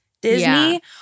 Disney